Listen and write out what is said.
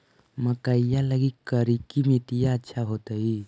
मकईया लगी करिकी मिट्टियां अच्छा होतई